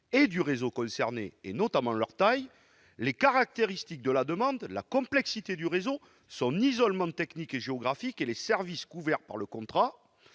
et du réseau concernés et notamment leur taille, les caractéristiques de la demande, la complexité du réseau, son isolement technique et géographique et les services couverts par le contrat